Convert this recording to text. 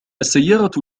السيارة